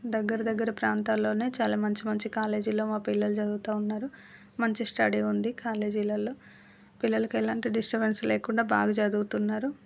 దగ్గర దగ్గర ప్రాంతాల్లోనే చాలా మంచి మంచి కాలేజీలో మా పిల్లలు చదువుతు ఉన్నారు మంచి స్టడీ ఉంది కాలేజీలల్లో పిల్లలకి ఎలాంటి డిస్టర్బెన్స్ లేకుండా బాగా చదువుతున్నారు